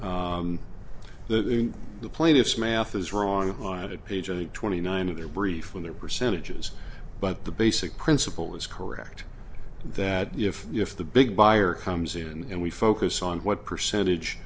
about that the plaintiffs math is wrong minded page eight twenty nine of their brief when they're percentages but the basic principle is correct that if if the big buyer comes in and we focus on what percentage